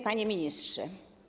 Panie Ministrze!